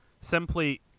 simply